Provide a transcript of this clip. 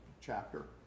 chapter